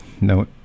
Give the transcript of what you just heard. no